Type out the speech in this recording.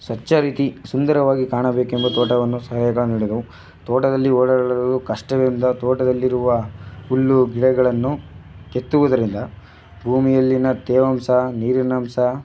ಸ್ವಚ್ಛ ರೀತಿ ಸುಂದರವಾಗಿ ಕಾಣಬೇಕೆಂಬ ತೋಟವನ್ನು ಸಲಹೆಗಳ ನೀಡಿದೆವು ತೋಟದಲ್ಲಿ ಓಡಾಡಲು ಕಷ್ಟವೆಂದು ತೋಟದಲ್ಲಿರುವ ಹುಲ್ಲು ಗಿಡಗಳನ್ನು ಕಿತ್ತುವುದರಿಂದ ಭೂಮಿಯಲ್ಲಿನ ತೇವಾಂಶ ನೀರಿನಾಂಶ